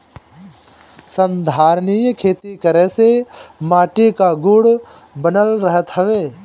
संधारनीय खेती करे से माटी कअ गुण बनल रहत हवे